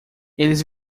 eles